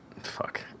Fuck